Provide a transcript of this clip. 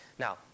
Now